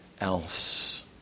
else